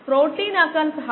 303 ആണെന്ന് നമുക്കറിയാം